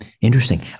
Interesting